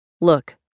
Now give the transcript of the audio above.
look